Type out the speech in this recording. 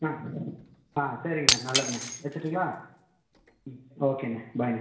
ஆ ஆ சரிங்கண்ணன் நல்லதுண்ணன் வச்சிட்டுங்களா ம் ஓகேண்ணன் பை அண்ணன்